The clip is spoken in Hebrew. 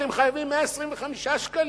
אתם חייבים 125 שקלים.